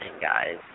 guys